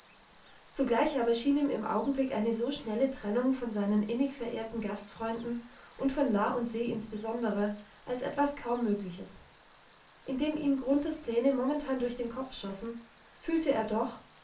zugleich aber schien ihm im augenblick eine so schnelle trennung von seinen innig verehrten gastfreunden und von la und se insbesondere als etwas kaum mögliches indem ihm grunthes pläne momentan durch den kopf schossen fühlte er doch